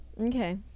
Okay